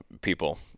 people